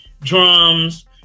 drums